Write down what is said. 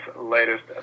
latest